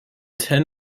ten